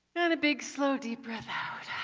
and a big, slow, deep breath out.